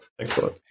excellent